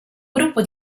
gruppo